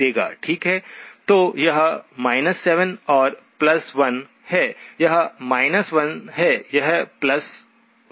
तो यह 7 और 1 है यह 1 है यह 4 है